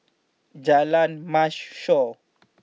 Jalan Mashhor